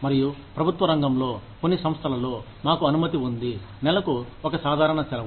మరియు ప్రభుత్వ రంగంలో కొన్ని సంస్థలలో మాకు అనుమతి ఉంది నెలకు ఒక సాధారణ సెలవు